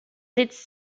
its